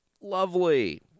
lovely